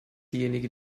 diejenige